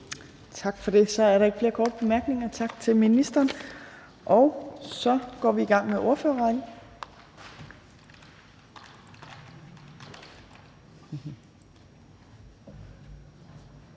Tak for det. Så er der ikke flere korte bemærkninger. Tak til ministeren. Så går vi i gang med ordførerrækken,